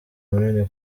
munini